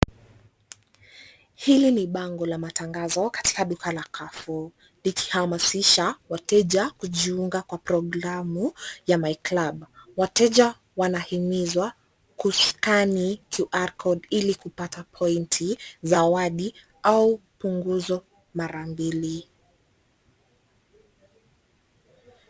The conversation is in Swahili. Hili ni bango la matangazo, katika duka la Carrefour, likihamasisha wateja kujiunga kwa programu, ya My Club. Wateja wanahimizwa kuskani QR code ili kupata pointi, zawadi, au punguzo mara mbili.